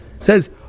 says